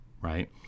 right